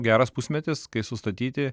geras pusmetis kai sustatyti